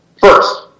First